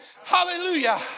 Hallelujah